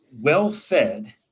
well-fed